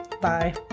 Bye